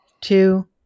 two